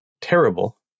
terrible